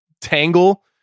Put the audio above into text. tangle